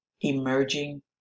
emerging